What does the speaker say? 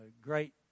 great